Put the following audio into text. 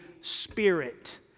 Spirit